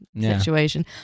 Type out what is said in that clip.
situation